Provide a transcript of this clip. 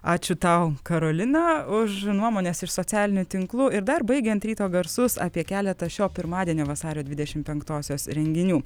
ačiū tau karoliną už nuomones iš socialinių tinklų ir dar baigiant ryto garsus apie keletą šio pirmadienio vasario dvidešimt penktosios renginių